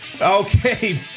Okay